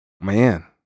Man